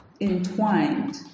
entwined